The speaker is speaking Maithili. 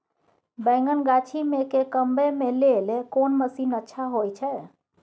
बैंगन गाछी में के कमबै के लेल कोन मसीन अच्छा होय छै?